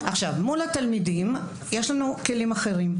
מול התלמידים, יש לנו כלים אחרים.